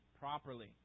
properly